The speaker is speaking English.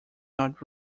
not